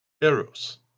Eros